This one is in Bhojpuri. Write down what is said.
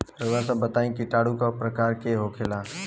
रउआ सभ बताई किटाणु क प्रकार के होखेला?